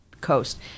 coast